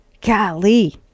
Golly